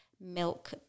milk